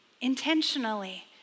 intentionally